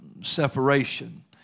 separation